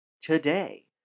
today